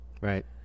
Right